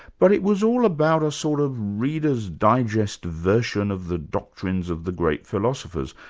but it was all about a sort of readers' digest version of the doctrines of the great philosophers.